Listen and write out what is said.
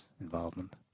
involvement